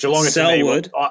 Selwood